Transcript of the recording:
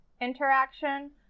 interaction